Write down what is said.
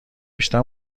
بیشتر